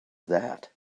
that